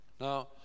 Now